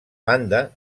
banda